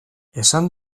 esan